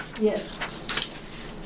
Yes